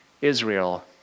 Israel